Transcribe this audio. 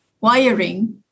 wiring